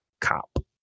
cop